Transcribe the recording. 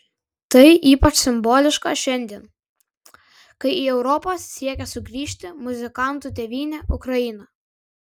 tai ypač simboliška šiandien kai į europą siekia sugrįžti muzikantų tėvynė ukraina